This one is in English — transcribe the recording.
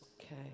Okay